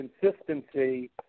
consistency